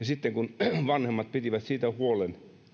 sitten vanhemmat pitivät siitä huolen